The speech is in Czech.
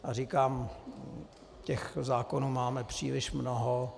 A říkám, těch zákonů máme příliš mnoho.